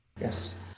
Yes